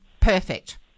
perfect